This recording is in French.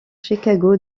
chicago